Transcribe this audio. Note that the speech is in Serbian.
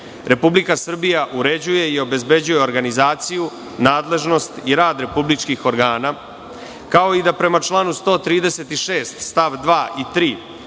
Republika Srbija uređuje i obezbeđuje organizaciju, nadležnost i rad republičkih organa, kao da i prema članu 136. stav 2. i 3.